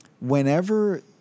whenever